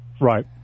Right